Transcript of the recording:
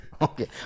Okay